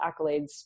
accolades